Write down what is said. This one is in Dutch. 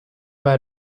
bij